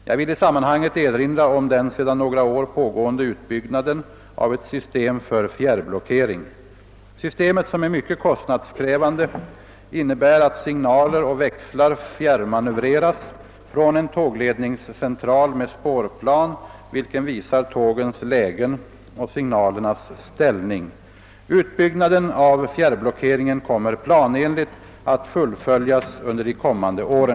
Jag vill i sammanhanget erinra om den sedan några år pågående utbyggnaden av ett system för fjärrblockering. Systemet — som är mycket kostnadskrävande — innebär att signaler och växlar fjärrmanövreras från en tågledningscentral med spårplan, vilken visar tågens lägen och signalernas ställning. Utbyggnaden av fjärrblockeringen kommer planenligt att fullföljas under de kommande åren.